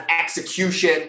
execution